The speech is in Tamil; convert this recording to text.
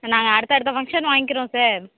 நாங்கள் அடுத்த அடுத்த ஃபங்க்ஷன் வாங்கிக்குறோம் சார்